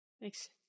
Thanks